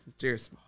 Cheers